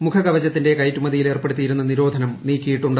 മുഖകവചത്തിന്റെ കയറ്റുമതിയിൽ ഏർപ്പെടുത്തിയിരുന്ന നിരോധനം നീക്കിയിട്ടുണ്ട്